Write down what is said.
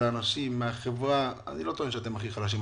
אני לא טוען שאתם הכי חלשים,